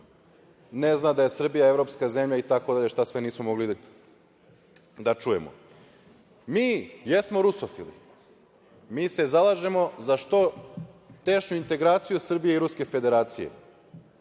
ne zna da je Srbija evropska zemlja itd, šta sve nismo mogli da čujemo. Mi jesmo rusofili, mi se zalažemo za što tešnju integraciju Srbije i Ruske Federacije,